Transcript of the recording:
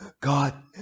God